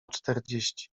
czterdzieści